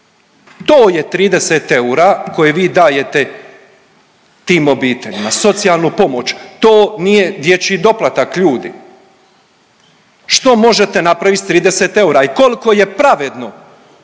to je 30 eura koje vi dajete tim obiteljima socijalnu pomoć. To nije dječji doplatak ljudi. Što možete napravit s 30 eura i koliko je pravedno,